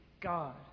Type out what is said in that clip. God